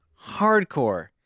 hardcore